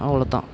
அவ்ளோத் தான்